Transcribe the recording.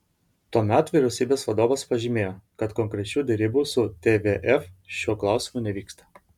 tuomet vyriausybės vadovas pažymėjo kad konkrečių derybų su tvf šiuo klausimu nevyksta